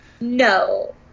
no